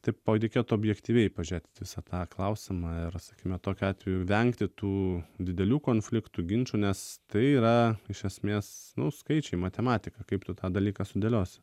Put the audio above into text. taip reikėtų objektyviai pažiūrėt į visą tą klausimą ir sakykime tokiu atveju vengti tų didelių konfliktų ginčų nes tai yra iš esmės nu skaičiai matematika kaip tu tą dalyką sudėliosi